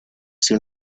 soon